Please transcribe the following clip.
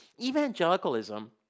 evangelicalism